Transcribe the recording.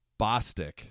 bostic